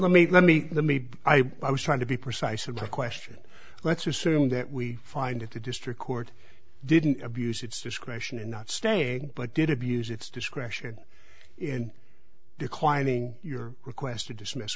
let me let me let me i i was trying to be precise and the question let's assume that we find that the district court didn't abuse its discretion in not staying but did abuse its discretion in declining your request to dismiss